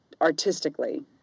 artistically